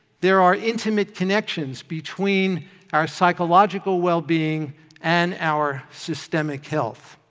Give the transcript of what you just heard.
there are intimate connections between our psychological well-being and our systemic health.